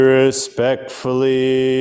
respectfully